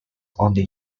only